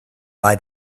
buy